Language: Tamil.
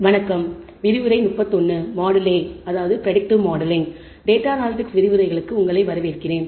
டேட்டா அனலிடிக்ஸ் விரிவுரைகளுக்கு வரவேற்கிறேன்